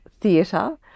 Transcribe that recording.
theatre